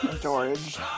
George